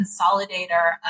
consolidator